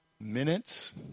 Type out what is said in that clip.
Minutes